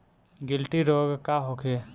गिलटी रोग का होखे?